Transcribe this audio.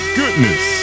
goodness